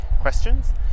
questions